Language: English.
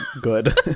good